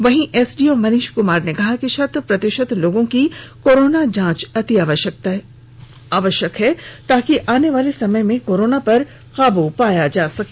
वहीं एसडीओ मनीष कुमार ने कहा कि शत प्रतिशत लोगों की कोरोना जांच अति आवश्यक है ताकि आने वाले समय में कोरोना पर काबू पाया जा सके